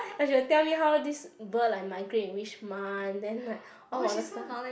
like she will tell me how this bird like migrate in which month then like all other stuff